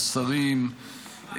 השרים,